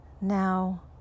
Now